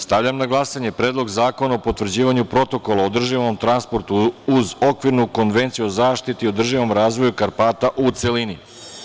Stavljam na glasanje Predlog zakona o potvrđivanju Protokola o održivom transportu uz Okvirnu konvenciju o zaštiti i održivom razvoju Karpata, u celini.